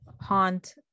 haunt